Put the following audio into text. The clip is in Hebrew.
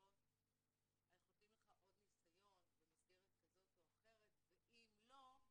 שאומרות שאנחנו נותנים לך עוד ניסיון במסגרת כזו או אחרת ואם לא,